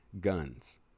guns